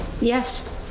Yes